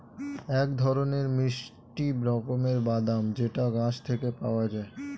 এক ধরনের মিষ্টি রকমের বাদাম যেটা গাছ থেকে পাওয়া যায়